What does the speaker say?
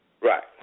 Right